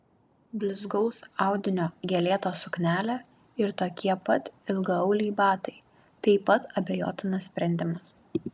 blizgaus audinio gėlėta suknelė ir tokie pat ilgaauliai batai taip pat abejotinas sprendimas